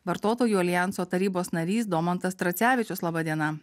vartotojų aljanso tarybos narys domantas tracevičius laba diena